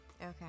Okay